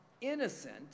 innocent